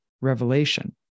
Revelation